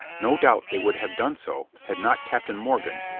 no doubt they would have done so had not captain morgan,